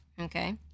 Okay